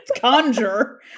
conjure